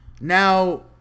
Now